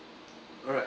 alright